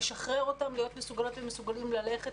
לשחרר אותם להיות מסוגלות ומסוגלים ללכת